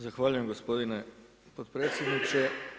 Zahvaljujem gospodine potpredsjedniče.